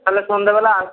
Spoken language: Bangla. তাহলে সন্ধেবেলা আস